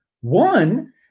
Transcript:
One